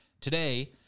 Today